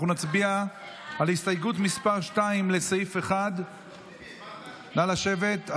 נצביע על הסתייגות מס' 2, לסעיף 1. נא לשבת.